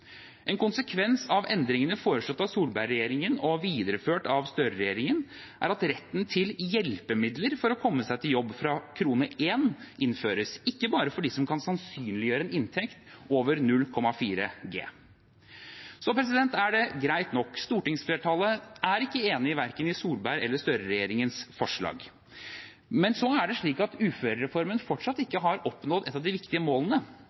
En konsekvens av endringene som er foreslått av Solberg-regjeringen, og som er videreført av Støre-regjeringen, er at retten til hjelpemidler for å komme seg ut i jobb fra første krone innføres – ikke bare for dem som kan sannsynliggjøre en inntekt over 0,4G. Det er greit nok: Stortingsflertallet er ikke enig verken i Solberg-regjeringens eller Støre-regjeringens forslag. Men så er det slik at uførereformen fortsatt ikke har oppnådd ett av de viktige målene,